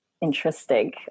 interesting